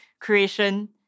creation